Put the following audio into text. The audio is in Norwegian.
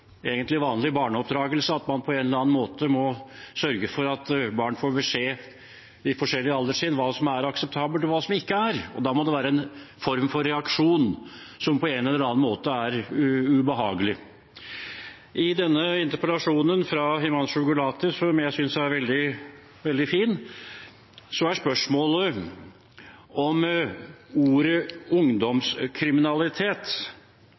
egentlig vanlig barneoppdragelse at man på en eller annen måte må sørge for at barn på forskjellige alderstrinn får beskjed om hva som er akseptabelt, og hva som ikke er det, og da må det være en form for reaksjon som på en eller annen måte er ubehagelig. I denne interpellasjonen fra Himanshu Gulati, som jeg synes er veldig fin, er spørsmålet om ordet